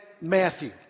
Matthew